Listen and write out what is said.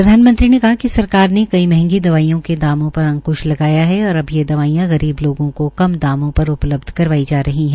प्रधानमंत्री ने कहा कि सरकार ने कई मंहगी दवाईयों के दामों पर अंक्श लगाया है और अब ये दवाईयां गरीब लोगों को कम दामों पर उपलब्ध करवाई जा रही है